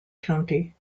county